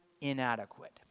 Inadequate